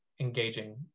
engaging